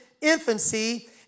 infancy